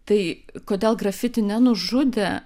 tai kodėl grafiti nenužudė